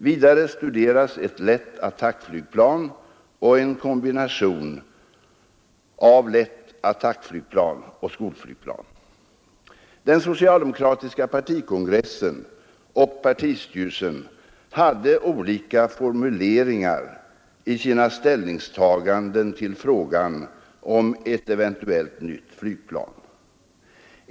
Vidare studeras ett lätt attackflygplan och en kombination av lätt attackflygplan och skolflygplan. Den socialdemokratiska partikongressen och partistyrelsen hade olika formuleringar i sina ställningstaganden till frågan om ett eventuellt nytt flygplan.